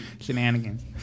Shenanigans